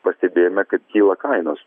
pastebėjome kad kyla kainos